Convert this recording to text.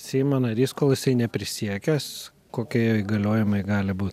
seimo narys kol jisai neprisiekęs kokie jo įgaliojimai gali būt